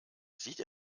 sieht